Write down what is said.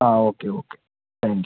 ആ okay okay thank you